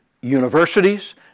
universities